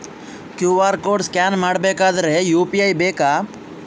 QR code scan ಮಾಡಬೇಕಾದರೆ UPI ಬೇಕಾ?